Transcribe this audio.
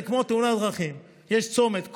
זה כמו תאונות דרכים: יש צומת,